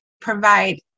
provide